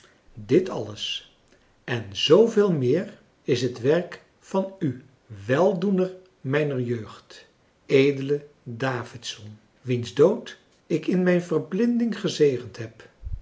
dit alles en zooveel meer is het werk van u weldoener mijner jeugd edele davidson wiens dood ik in mijn verblinding gezegend heb